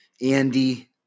Andy